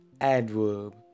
adverb